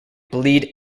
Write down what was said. bleed